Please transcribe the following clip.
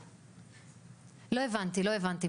לא, הבנתי.